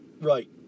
Right